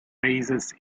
raises